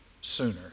sooner